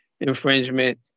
infringement